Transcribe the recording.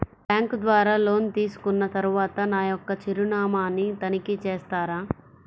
Bank ద్వారా loan తీసుకున్న తరువాత నా యొక్క చిరునామాని తనిఖీ చేస్తారా?